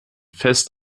fest